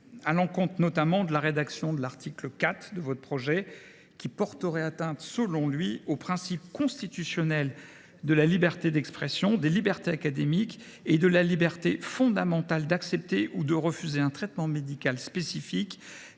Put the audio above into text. à l’encontre, notamment, de la rédaction de l’article 4 de votre projet de loi, qui porterait atteinte, selon lui, aux principes constitutionnels de la liberté d’expression, des libertés académiques et de la liberté fondamentale d’accepter ou de refuser un traitement médical spécifique,